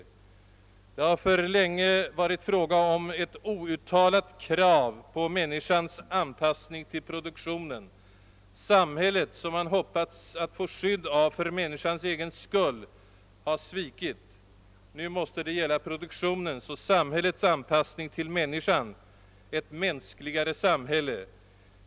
Det har alltför länge varit fråga om ett outtalat krav på människans anpassning till produktionen. Samhället, som man hoppats få skydd av för människans egen skull, har svikit. Nu måste det gälla produktionens och samhällets anpassning till människan — ett mänskligare samhälle!